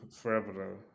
forever